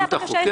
גם את החוקר?